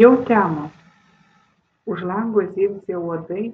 jau temo už lango zirzė uodai